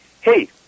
hey